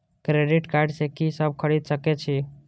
Credit card से की सब खरीद सकें छी?